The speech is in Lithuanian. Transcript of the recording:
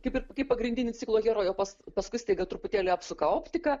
kaip ir kaip pagrindinį ciklo herojų pas paskui staiga truputėlį apsuka optiką